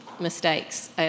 mistakes